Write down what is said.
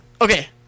Okay